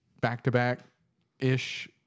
back-to-back-ish